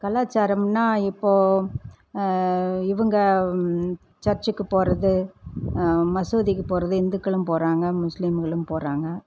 கலாச்சாரம்ன்னா இப்போ இவங்க சர்ச்சுக்கு போகிறது மசூதிக்கு போகிறது இந்துக்களும் போகிறாங்க முஸ்லீம்ங்களும் போகிறாங்க